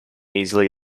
easily